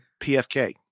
PFK